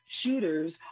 shooters